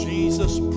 Jesus